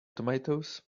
tomatoes